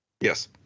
yes